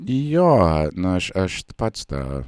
jo na aš aš pats tą